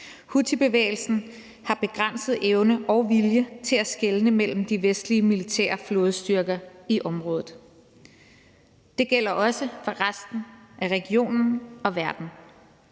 »Houthi-bevægelsen har begrænset evne og vilje til at skelne mellem de vestlige militære flådestyrker i området.« Det gælder også for resten af regionen og verden.